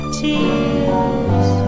tears